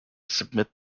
submit